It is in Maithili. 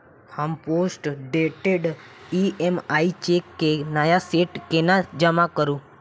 हम पोस्टडेटेड ई.एम.आई चेक केँ नया सेट केना जमा करू?